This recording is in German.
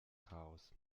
chaos